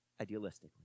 idealistically